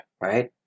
Right